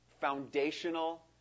foundational